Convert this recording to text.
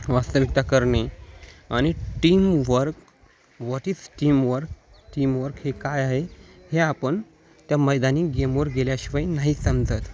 वास्तविकता करणे आणि teamwork what is teamwork teamwork हे काय आहे हे आपण त्या मैदानी गेमवर गेल्याशिवाय नाही समजत